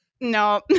no